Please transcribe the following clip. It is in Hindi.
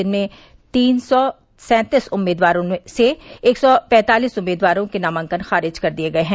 जिसमें तीन सौ सैंतीस उम्मीदवारों में से एक सौ पैंतालीस उम्मीदवारों के नामांकन खारिज कर दिये गये हैं